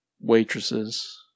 waitresses